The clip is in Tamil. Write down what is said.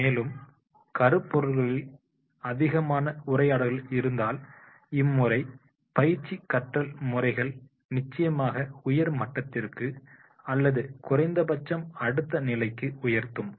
மேலும் கருப்பொருள்களபகிர்வதில் அதிகமான உரையாடல்கள் இருந்தால் இம்முறை பயிற்சி கற்றல் முறைகள் நிச்சயம் உயர் மட்டத்திற்கு அல்லது குறைந்தபட்சம் அடுத்த நிலைக்கு உயர்த்தும்